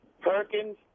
Perkins